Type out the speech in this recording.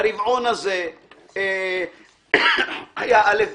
ברבעון הזה היה כך וכך.